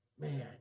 Man